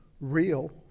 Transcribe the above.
real